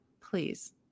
please